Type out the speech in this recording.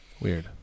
Weird